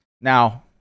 Now